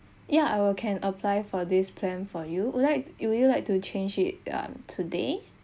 ya I will can apply for this plan for you would like will you like to change it um today